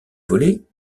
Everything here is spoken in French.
volets